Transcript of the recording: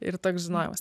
ir toks žinojimas